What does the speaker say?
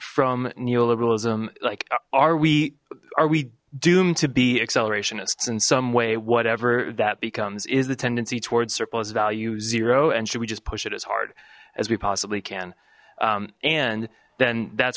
from neoliberalism like are we are we doomed to be acceleration since some way whatever that becomes is the tendency towards surplus value zero and should we just push it as hard as we possibly can and then that's